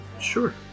Sure